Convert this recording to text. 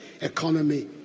economy